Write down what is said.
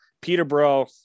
Peterborough